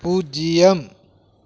பூஜ்ஜியம்